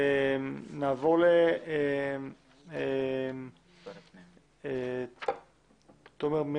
תמר מירסקי,